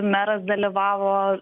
meras dalyvavo